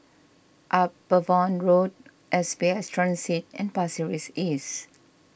Upavon Road S B S Transit and Pasir Ris East